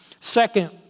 Second